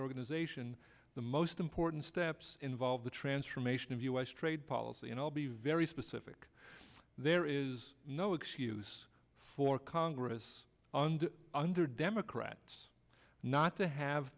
organization the most important steps involve the transformation of u s trade policy and i'll be very specific there is no excuse for congress and under democrats not to have